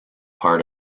part